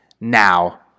now